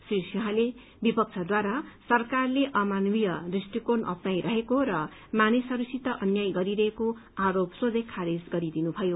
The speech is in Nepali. श्री सिंहले विपक्षद्वारा सरकारले अमानवीय दृष्टिकोण अप्नाइरहेको र मानिसहस्सित अन्याय गरिरहेको आरोप सोझै खारिज गरिदिनुभयो